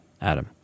Adam